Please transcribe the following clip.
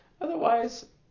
Otherwise